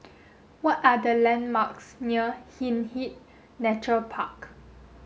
what are the landmarks near Hindhede Nature Park